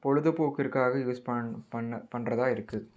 பொழுதுபோக்கிற்காக use பண் பண்ண பண்ணுறதா இருக்குது